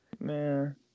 Man